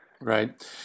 Right